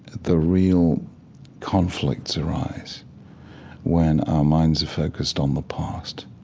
the real conflicts arise when our minds are focused on the past.